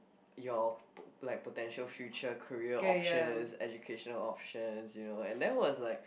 your like potential future career options education options you know and that was like